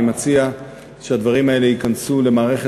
אני מציע שהדברים האלה ייכנסו למערכת